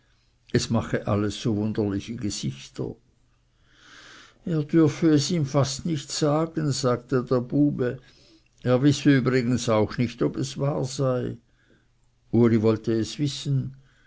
es mache alles so wunderliche gesichter er dürfe es ihm fast nicht sagen sagte der bube er wisse übrigens auch nicht ob es wahr sei uli wollte es wissen